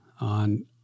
on